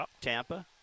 Tampa